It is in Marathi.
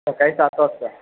सकाळी सात वाजता